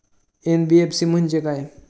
NBFC म्हणजे काय?